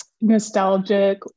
nostalgic